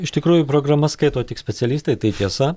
iš tikrųjų programas skaito tik specialistai tai tiesa